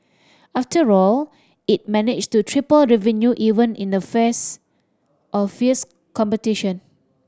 after all it managed to triple revenue even in the face of fierce competition